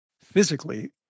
physically